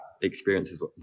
Experiences